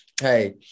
hey